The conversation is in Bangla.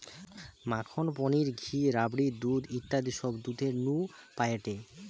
মাখন, পনির, ঘি, রাবড়ি, দুধ ইত্যাদি সব দুধের নু পায়েটে